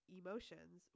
emotions